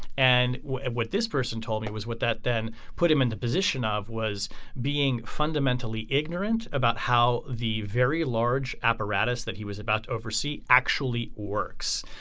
and what what this person told me was what that then put him in the position of was being fundamentally ignorant about how the very large apparatus that he was about to oversee actually works.